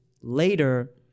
later